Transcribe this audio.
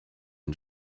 and